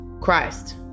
Christ